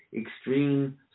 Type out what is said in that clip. extreme